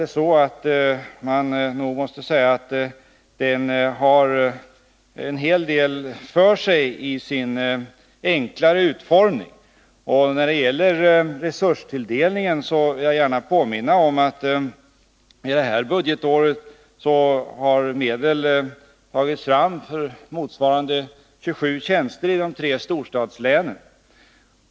Man måste nog snarare säga att den med sin enklare utformning har en hel del positivt i sig. När det gäller resurstilldelningen vill jag gärna påminna om att medel under det här budgetåret har anvisats motsvarande 27 tjänster i de tre storstadslänen.